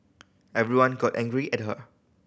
everyone got angry at her